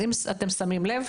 אם אתם שמים לב,